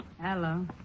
Hello